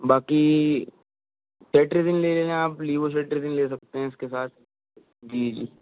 باقی سیٹریزن لے لیں آپ لیووسٹریزن لے سکتے ہیں اس کے ساتھ جی جی